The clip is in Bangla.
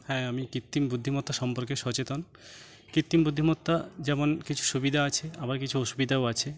হ্যাঁ আমি কৃত্রিম বুদ্ধিমত্তা সম্পর্কে সচেতন কৃত্রিম বুদ্ধিমত্তা যেমন কিছু সুবিধা আছে আবার কিছু অসুবিধাও আছে